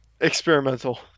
Experimental